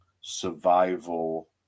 survival